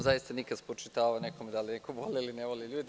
Nisam zaista nikad spočitavao nekome da li neko voli ili ne voli ljude.